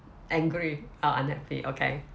angry orh unhappy okay